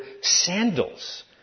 sandals